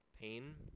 pain